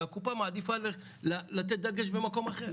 והקופה מעדיפה לתת דגש במקום אחר.